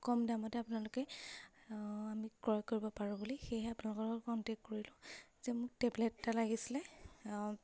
কম দামতে আপোনালোকে আমি ক্ৰয় কৰিব পাৰোঁ বুলি সেয়েহে আপোনালোকৰ কণ্টেক্ট কৰিলোঁ যে মোক টেবলেট এটা লাগিছিলে